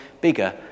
bigger